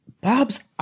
Bob's